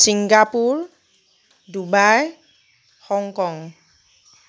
Singapore Dubai Hong Kong